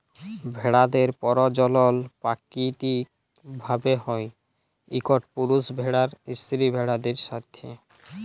ভেড়াদের পরজলল পাকিতিক ভাবে হ্যয় ইকট পুরুষ ভেড়ার স্ত্রী ভেড়াদের সাথে